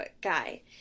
guy